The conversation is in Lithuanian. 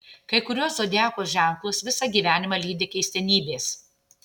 kai kuriuos zodiako ženklus visą gyvenimą lydi keistenybės